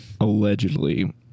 allegedly –